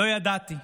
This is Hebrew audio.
"לא ידעתי",